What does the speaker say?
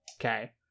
Okay